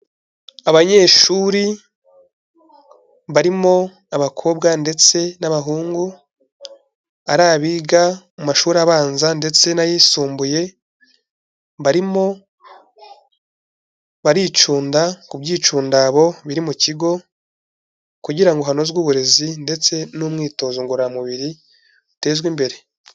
Abanyeshuri barimo abakobwa ndetse n'abahungu, ari abiga mu mashuri abanza ndetse n'ayisumbuye, barimo baricunda ku byicandabo biri mu kigo kugira ngo hanozwe uburezi ndetse n'umwitozo ngororamubiri utezwe imbere.